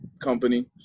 company